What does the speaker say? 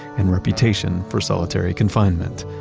and reputation for solitary confinement.